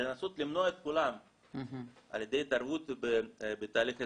אלא לנסות למנוע את כולן על ידי התערבות בתהליך ההזדקנות.